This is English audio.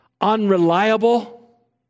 unreliable